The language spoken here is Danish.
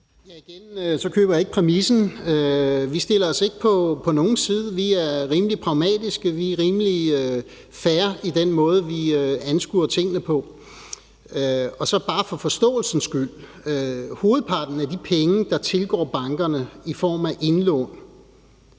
sige, at jeg ikke køber præmissen. Vi stiller os ikke på nogens side. Vi er rimelig pragmatiske. Vi er rimelig fair i den måde, vi anskuer tingene på. Så vil jeg bare for forståelsens skyld sige, at hovedparten af de penge, der tilgår bankerne i form af indlån,